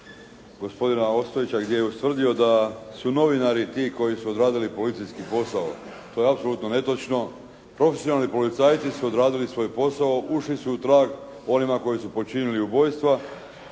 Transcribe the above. gospodina Ostojića gdje je ustvrdio da su novinari ti koji su odradili policijski posao. To je apsolutno netočno. Profesionalni policajci su odradili svoj posao, ušli su u trag onima koji su počinili ubojstva